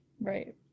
right